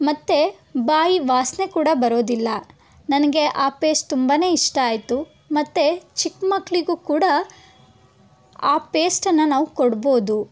ಮತ್ತು ಬಾಯಿ ವಾಸನೆ ಕೂಡ ಬರೋದಿಲ್ಲ ನನಗೆ ಆ ಪೇಸ್ಟ್ ತುಂಬಾ ಇಷ್ಟ ಆಯಿತು ಮತ್ತು ಚಿಕ್ಕಮಕ್ಳಿಗೂ ಕೂಡ ಆ ಪೇಸ್ಟನ್ನು ನಾವು ಕೊಡ್ಬೋದು